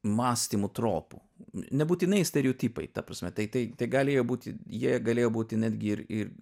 mąstymo tropų nebūtinai stereotipai ta prasme tai tai galėjo būti jie galėjo būti netgi ir ir